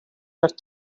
are